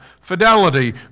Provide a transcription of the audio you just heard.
fidelity